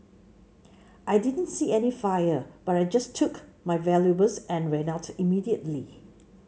I didn't see any fire but I just took my valuables and ran out immediately